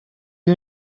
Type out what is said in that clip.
you